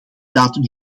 datum